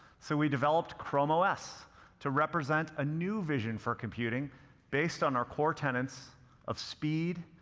so we developed chrome os to represent a new vision for computing based on our core tenets of speed,